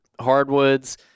hardwoods